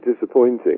disappointing